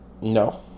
No